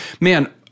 man